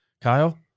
Kyle